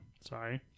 Sorry